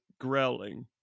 growling